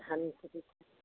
ধান খেতি